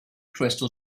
crystal